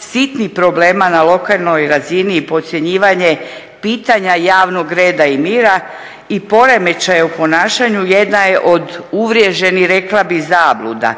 sitnih problema na lokalnoj razini i podcjenjivanje pitanje javnog reda i mira i poremećaja u ponašanju jedna je od uvriježenih rekla bih zabluda.